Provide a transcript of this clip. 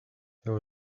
there